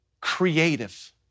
creative